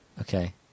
Okay